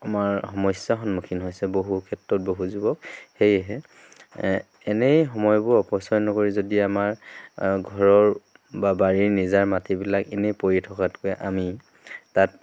আমাৰ সমস্যাৰ সন্মুখীন হৈছে বহু ক্ষেত্ৰত বহু যুৱক সেয়েহে এনেই সময়বোৰ অপচয় নকৰি যদি আমাৰ ঘৰৰ বা বাৰীৰ নিজা মাটিবিলাক ইনেই পৰি থকাতকৈ আমি তাত